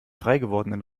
freigewordenen